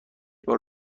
بار